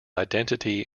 identity